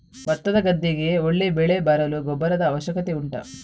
ಭತ್ತದ ಗದ್ದೆಗೆ ಒಳ್ಳೆ ಬೆಳೆ ಬರಲು ಗೊಬ್ಬರದ ಅವಶ್ಯಕತೆ ಉಂಟಾ